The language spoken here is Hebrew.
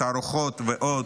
התערוכות ועוד,